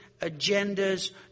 agendas